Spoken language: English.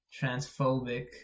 transphobic